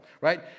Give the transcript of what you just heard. right